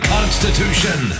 Constitution